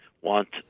want